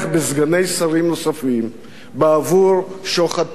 בסגני שרים נוספים בעבור שוחד פוליטי.